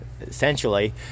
essentially